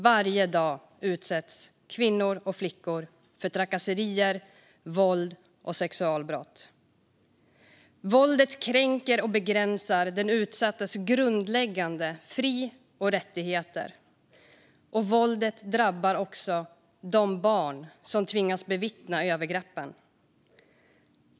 Varje dag utsätts kvinnor och flickor för trakasserier, våld och sexualbrott. Våldet kränker och begränsar den utsattes grundläggande fri och rättigheter, och våldet drabbar också de barn som tvingas bevittna övergreppen.